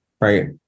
right